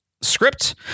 script